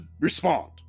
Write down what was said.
respond